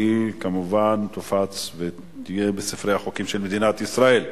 והיא תופץ בספר החוקים של מדינת ישראל.